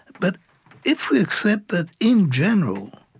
but if we accept that in general,